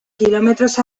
kilómetros